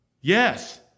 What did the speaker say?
Yes